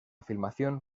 filmación